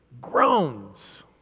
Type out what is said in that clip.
groans